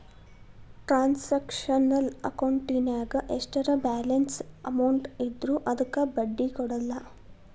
transactional ಅಕೌಂಟಿನ್ಯಾಗ ಎಷ್ಟರ balance amount ಇದ್ರೂ ಅದಕ್ಕ ಬಡ್ಡಿ ಕೊಡಲ್ಲ